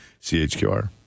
CHQR